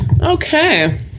Okay